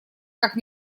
как